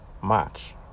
March